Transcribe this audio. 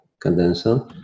condenser